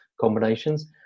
combinations